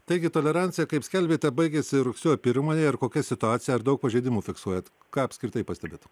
taigi tolerancija kaip skelbėte baigėsi rugsėjo pirmąją ir kokia situacija ar daug pažeidimų fiksuojat ką apskritai pastebit